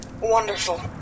wonderful